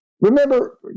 Remember